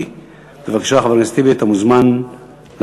82